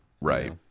Right